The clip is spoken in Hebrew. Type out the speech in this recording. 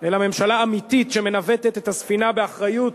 אלא ממשלה אמיתית, שמנווטת את הספינה באחריות